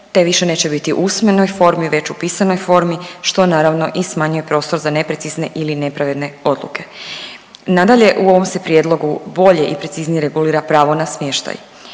te više neće biti u usmenoj formi već u pisanoj formi što naravno i smanjuje prostor za neprecizne ili nepravedne odluke. Nadalje u ovom se prijedlogu bolje i preciznije regulira pravo na smještaj